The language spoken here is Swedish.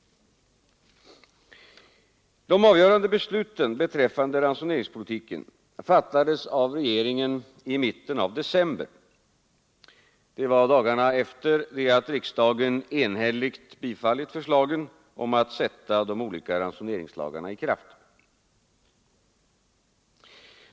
De avgörande besluten beträffande ransoneringspolitiken fattades av regeringen i mitten av december, dagarna efter det att riksdagen enhälligt bifallit förslagen om att sätta de olika ransoneringslagarna i kraft.